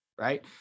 Right